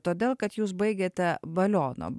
todėl kad jūs baigėte baliono